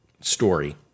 story